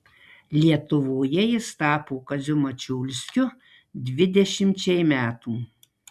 lietuvoje jis tapo kaziu mačiulskiu dvidešimčiai metų